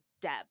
Deb